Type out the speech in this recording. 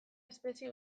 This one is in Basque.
espezie